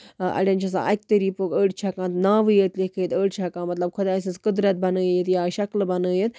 اَڑٮ۪ن چھُ آسان اَکہِ طٔریٖقُک أڑۍ چھِ ہیٚکان ناوٕے یوت لیٚکھِتھ أڑۍ چھِ ہیٚکان مطلب خۄدایہِ سٕنٛز قُدرَت بَنٲیِتھ یا شَکلہٕ بَنٲیِتھ